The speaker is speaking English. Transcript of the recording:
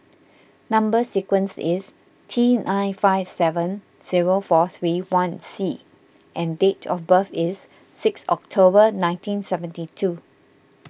Number Sequence is T nine five seven zero four three one C and date of birth is six October nineteen seventy two